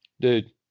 dude